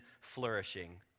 flourishing